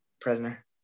prisoner